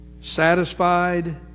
satisfied